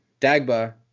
Dagba